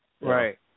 Right